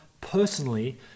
personally